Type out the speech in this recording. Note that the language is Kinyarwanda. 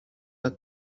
bac